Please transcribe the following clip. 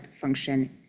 function